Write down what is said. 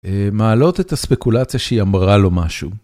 מעלות את הספקולציה שהיא אמרה לו משהו.